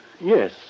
yes